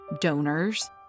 donors